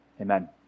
Amen